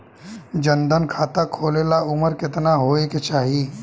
जन धन खाता खोले ला उमर केतना होए के चाही?